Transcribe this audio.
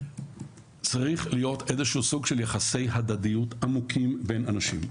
צריך להיות איזשהו סוג של יחסי הדדיות עמוקים בין אנשים.